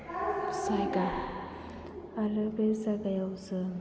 जायगा आरो बे जागायाव जों